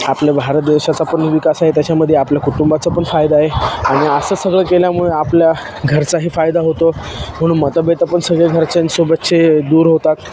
आपल्या भारत देशाचा पण विकास आहे त्याच्यामध्ये आपलं कुटुंबाचां पण फायदा आहे आणि असं सगळं केल्यामुळे आपल्या घरचाही फायदा होतो म्हणून मतभेद पण सगळ्या घरच्यांसोबतचे दूर होतात